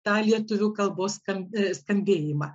tą lietuvių kalbos skam stambėjimą